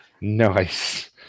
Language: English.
Nice